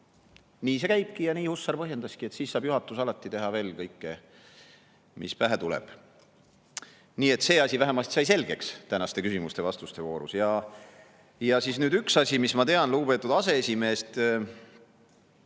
nii see käibki ja nii Hussar põhjendaski, et juhatus saab alati teha kõike, mis pähe tuleb. Nii et see asi vähemalt sai selgeks tänaste küsimuste-vastuste voorus. Ja nüüd üks asi, mis, ma tean, lugupeetud aseesimeest